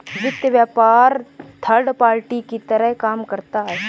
वित्त व्यापार third party की तरह काम करता है